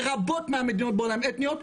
ורבות מהמדינות בעולם הן אתניות,